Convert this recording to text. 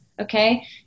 okay